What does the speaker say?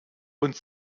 und